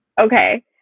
okay